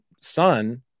son